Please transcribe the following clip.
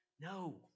No